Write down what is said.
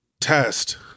test